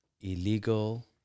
illegal